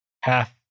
half